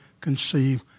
conceive